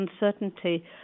uncertainty